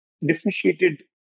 differentiated